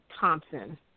thompson